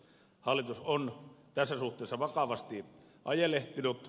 hallitus on tässä suhteessa vakavasti ajelehtinut